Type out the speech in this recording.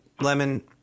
lemon